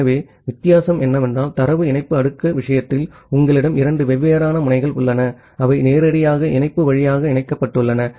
ஆகவே வித்தியாசம் என்னவென்றால் தரவு இணைப்பு லேயர் விஷயத்தில் உங்களிடம் இரண்டு வெவ்வேறு முனைகள் உள்ளன அவை நேரடியாக இணைப்பு வழியாக இணைக்கப்பட்டுள்ளன